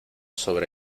sobre